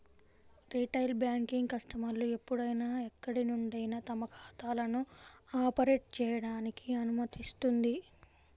retail banking కస్టమర్లు ఎప్పుడైనా ఎక్కడి నుండైనా తమ ఖాతాలను ఆపరేట్ చేయడానికి అనుమతిస్తుంది